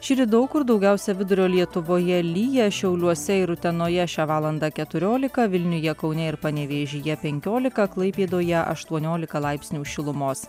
šįryt daug kur daugiausiai vidurio lietuvoje lyja šiauliuose ir utenoje šią valandą keturiolika vilniuje kaune ir panevėžyje penkiolika klaipėdoje aštuoniolika laipsnių šilumos